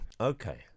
Okay